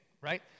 right